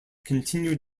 continued